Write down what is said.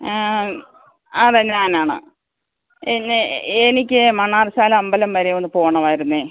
അതെ ഞാനാണ് എനിക്ക് എനിക്ക് മണ്ണാറശ്ശാല അമ്പലം വരെ ഒന്ന് പോണമായിരുന്നു